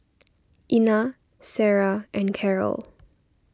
Ina Sara and Carol